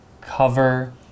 cover